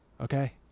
Okay